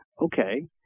Okay